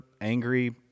angry